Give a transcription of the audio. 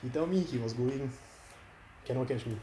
he tell me he was going cannot catch me